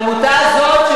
העמותה הזאת,